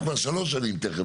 זה תכף שלוש שנים,